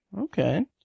Okay